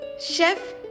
chef